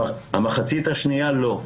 המחצית השנייה לא.